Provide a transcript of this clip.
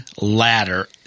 ladder